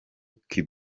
cuba